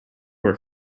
were